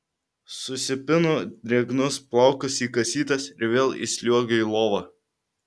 susipinu drėgnus plaukus į kasytes ir vėl įsliuogiu į lovą